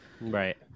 Right